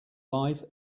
life